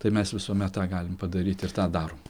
tai mes visuomet tą galim padaryt ir tą darom